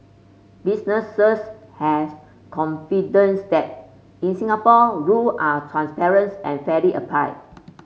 businesses have confidence that in Singapore rule are and fairly applied